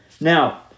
Now